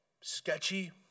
sketchy